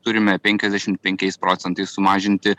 turime penkiasdešim penkiais procentais sumažinti